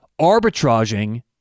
Arbitraging